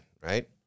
right